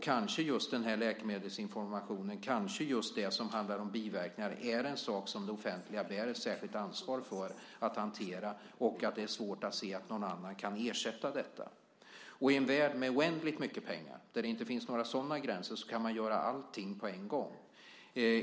Kanske just den här läkemedelsinformationen, just det som handlar om biverkningar, är en sak som det offentliga bär ett särskilt ansvar för att hantera, och det kanske är svårt att se att någon annan kan ersätta detta. I en värld med oändligt mycket pengar, där det inte finns några sådana gränser, kan man göra allting på en gång.